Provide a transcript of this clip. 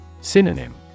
Synonym